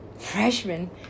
freshman